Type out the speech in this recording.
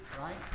right